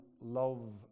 love